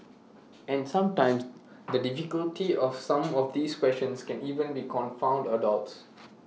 and sometimes the difficulty of some of these questions can even confound adults